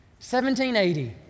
1780